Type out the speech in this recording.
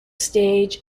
stage